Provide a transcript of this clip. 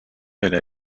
elle